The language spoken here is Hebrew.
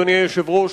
אדוני היושב-ראש,